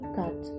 cut